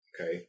okay